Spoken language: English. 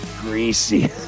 Greasy